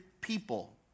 people